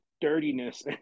dirtiness